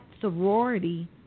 sorority